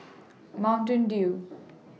Mountain Dew